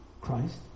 Christ